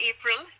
April